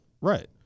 Right